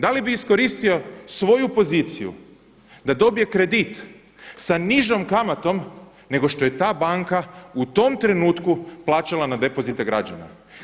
Da li bi iskoristio svoju poziciju da dobije kredit sa nižom kamatom nego što je ta banka u tom trenutku plaćala na depozite građana?